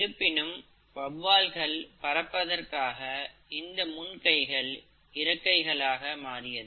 இருப்பினும் வவ்வால்கள் பறப்பதற்காக இந்த முன்கைகள் இறக்கைகள் ஆக மாறியது